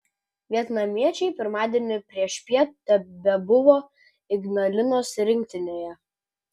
vietnamiečiai pirmadienį priešpiet tebebuvo ignalinos rinktinėje